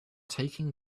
taken